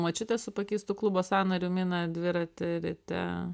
močiutė su pakeistu klubo sąnariu mina dviratį ryte